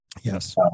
yes